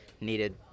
needed